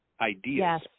ideas